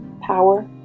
power